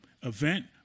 event